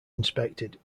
inspected